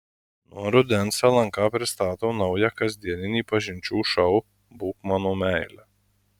nuo rudens lnk pristato naują kasdieninį pažinčių šou būk mano meile